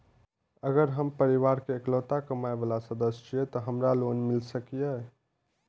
अगर हम परिवार के इकलौता कमाय वाला सदस्य छियै त की हमरा लोन मिल सकीए?